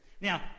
Now